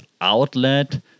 outlet